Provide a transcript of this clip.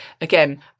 again